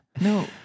No